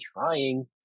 trying